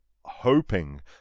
hoping